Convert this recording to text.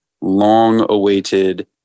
long-awaited